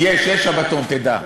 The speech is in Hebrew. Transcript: יש, יש שבתון, תדע.